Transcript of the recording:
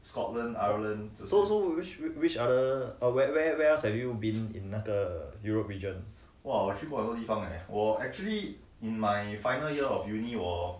so so which which other err where where where else have you been in 那个 europe region